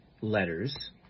letters